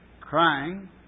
crying